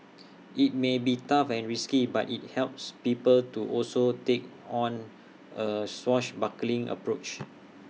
IT may be tough and risky but IT helps people to also take on A swashbuckling approach